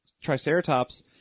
Triceratops